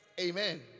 Amen